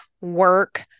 work